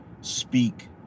speak